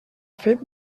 fet